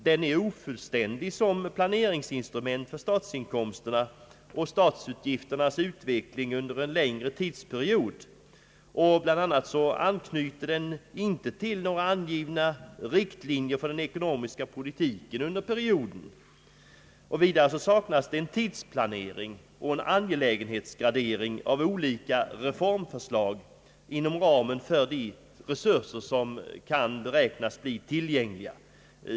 Den är ofullständig som planeringsinstrument för statsinkomsterna och statsutgifternas utveckling under en längre tidsperiod. Bl. a. anknyter den inte till några angivna riktlinjer för den ekonomiska politiken under perioden. Vidare saknas tidsplanering och en angelägenhetsgradering av olika reformförslag inom ramen för de resurser som kan beräknas bli tillgängliga.